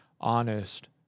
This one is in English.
honest